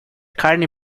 carne